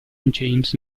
james